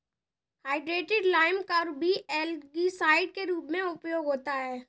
hydrated lime का भी algicide के रूप में उपयोग होता है